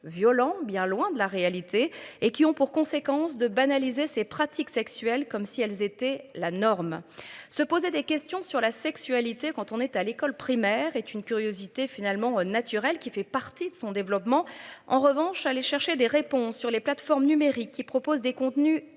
violents, bien loin de la réalité et qui ont pour conséquence de banaliser ces pratiques sexuelles comme si elles étaient la norme se poser des questions sur la sexualité. Quand on est à l'école primaire est une curiosité finalement naturelle qui fait partie de son développement. En revanche, aller chercher des réponses sur les plateformes numériques qui proposent des contenus